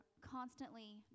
constantly